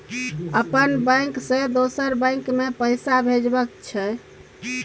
अपन बैंक से दोसर बैंक मे पैसा भेजबाक छै?